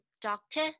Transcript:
doctor